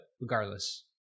regardless